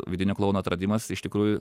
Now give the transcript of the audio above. vidinių klounų atradimas iš tikrųjų